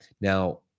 Now